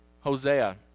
Hosea